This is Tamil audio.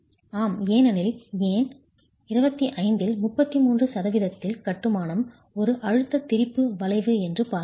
ஆம் ஏனெனில் ஏன் 25 ல் 33 சதவிகிதத்தில் கட்டுமானம் ஒரு அழுத்த திரிபு வளைவு என்று பார்த்தோம்